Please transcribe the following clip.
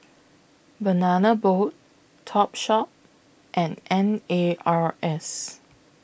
Banana Boat Topshop and N A R S